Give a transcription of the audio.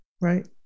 Right